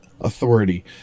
authority